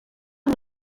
amb